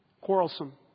Quarrelsome